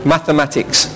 Mathematics